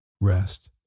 Rest